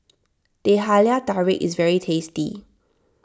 Teh Halia Tarik is very tasty